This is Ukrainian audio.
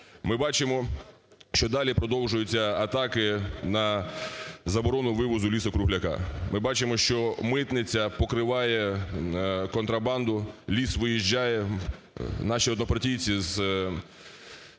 Ми бачимо, що далі продовжуються атаки на заборону вивозу лісу-кругляка. Ми бачимо, що митниця покриває контрабанду, ліс виїжджає. Наші однопартійці з